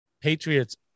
Patriots